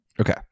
Okay